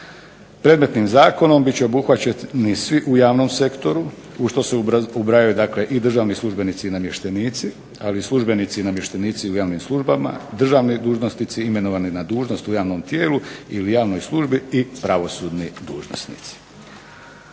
Predmetnim zakonom bit će obuhvaćeni svi u javnom sektoru u što se ubrajaju dakle i državni službenici i namještenici, ali i službenici i namještenici u javnim službama, državni dužnosnici imenovani na dužnost u javnom tijelu ili javnoj službi i pravosudni dužnosnici.